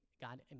God